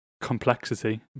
complexity